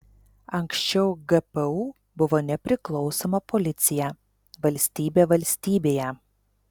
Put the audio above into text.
anksčiau gpu buvo nepriklausoma policija valstybė valstybėje